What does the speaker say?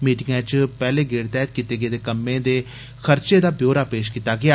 meeting च पैहले गेड़ तैहत कीते गेदे कम्में ते खर्चे दा ब्योरा पेश कीता गेया